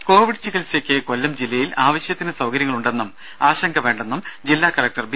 ദേദ കോവിഡ് ചികിത്സയ്ക്ക് കൊല്ലം ജില്ലയിൽ ആവശ്യത്തിനു സൌകര്യങ്ങൾ ഉണ്ടെന്നും ആശങ്ക വേണ്ടെന്നും ജില്ലാ കലക്ടർ ബി